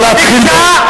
לא להתחיל,